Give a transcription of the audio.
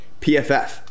PFF